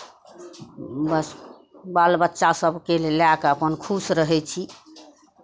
बस बाल बच्चा सभकेँ लए कऽ अपन खुश रहै छी